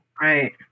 Right